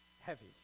heavy